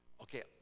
Okay